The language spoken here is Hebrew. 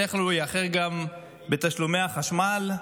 בדרך כלל הוא יאחר גם בתשלומי החשמל,